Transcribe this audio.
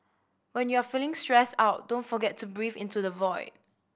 when you are feeling stressed out don't forget to breathe into the void